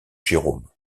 jérôme